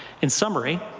in summary,